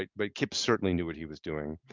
ah but kip certainly knew what he was doing.